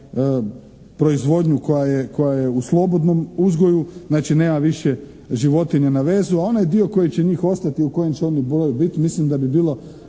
proizvodnju koja je u slobodnom uzgoju. Znači, nema više životinja na vezu. A onaj dio koji će njih ostati, u kojem će oni broju biti mislim da bi bilo